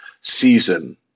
season